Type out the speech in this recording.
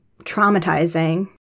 traumatizing